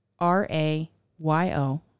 R-A-Y-O